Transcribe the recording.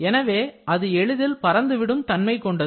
எனவே அது எளிதில் பறந்து விடும் தன்மை கொண்டது